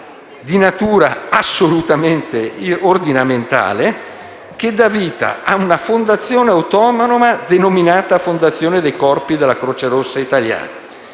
di natura assolutamente ordinamentale, che dà vita a una fondazione autonoma, denominata Fondazione dei Corpi della Croce rossa italiana;